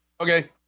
okay